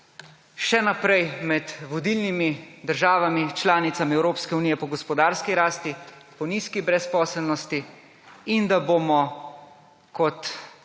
še naprej med vodilnimi državami članicami Evropske unije po gospodarski rasti, po nizki brezposelnosti in da bomo kot